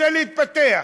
רוצה להתפתח,